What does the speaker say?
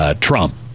Trump